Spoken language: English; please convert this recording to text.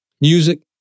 Music